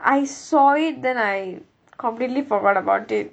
I saw it then I completely forgot about it